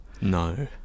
No